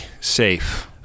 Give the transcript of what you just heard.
safe